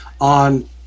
on